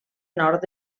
nord